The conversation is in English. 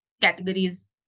categories